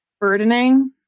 burdening